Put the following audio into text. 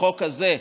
בחוק הזה,